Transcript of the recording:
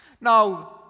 Now